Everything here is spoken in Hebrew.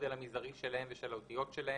הגודל המזערי שלהם ושל האותיות שלהם,